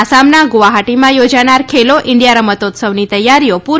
આસામના ગુવાહાટીમાં યોજાનાર ખેલો ઈન્ડિયા રમતોત્સવની તૈયારીઓ પૂર